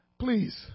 Please